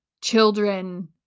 children